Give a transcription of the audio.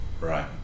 Right